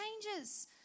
changes